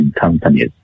companies